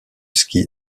ski